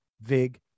Vig